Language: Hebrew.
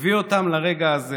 הביא אותם לרגע הזה